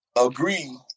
agree